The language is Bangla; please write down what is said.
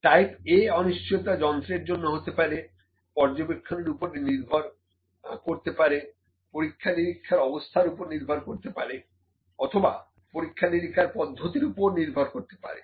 টাইপ A অনিশ্চয়তা যন্ত্রের জন্য হতে পারে পর্যবেক্ষকের ওপরে নির্ভর করতে পারে পরীক্ষা নিরীক্ষার অবস্থার উপর নির্ভর করতে পারে অথবা পরীক্ষা নিরীক্ষার পদ্ধতির উপর নির্ভর করতে পারে